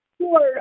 Sure